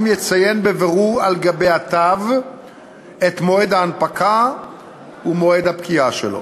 יציין בבירור על התו את מועד ההנפקה ומועד הפקיעה שלו.